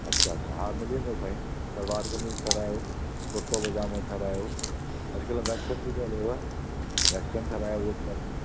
अच्छा अच्छा हा मिली वेंदव साईं सलवार कमीज़ ठाहिरायो कुर्तो पजामो ठाहिरायो अॼुकल्ह वेस्टन बि थो हलेव वेस्टन ठाहिरायो उहो बि ॾाढो